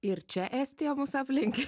ir čia estija mus aplenkė